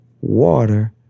Water